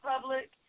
public